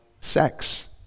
sex